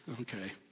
Okay